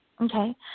Okay